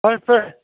ꯐꯔꯦ ꯐꯔꯦ